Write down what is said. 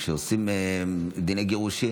כשעושים דיני גירושין,